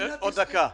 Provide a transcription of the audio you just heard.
יש לך עוד דקה.